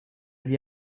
wie